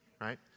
Right